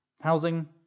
housing